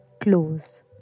close